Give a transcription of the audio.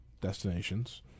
destinations